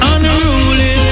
Unruly